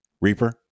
Reaper